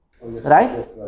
Right